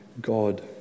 God